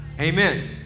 Amen